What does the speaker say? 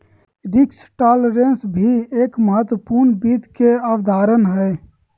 risk tolerance भी एक महत्वपूर्ण वित्त अवधारणा हय